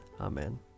Amen